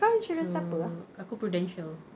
so aku prudential